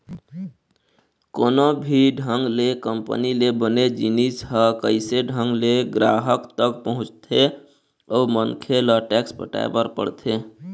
कोनो भी ढंग ले कंपनी ले बने जिनिस ह कइसे ढंग ले गराहक तक पहुँचथे अउ मनखे ल टेक्स पटाय बर पड़थे